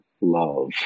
love